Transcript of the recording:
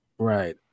Right